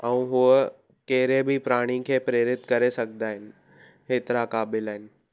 ऐं हुअ कहिड़े बि प्राणी खे प्रेरित करे सघंदा आहिनि हेतिरा क़ाबिल आहिनि